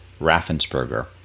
Raffensperger